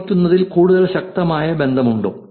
സംഭവിക്കുന്നതിൽ കൂടുതൽ ശക്തമായ ബന്ധമുണ്ടോ